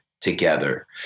together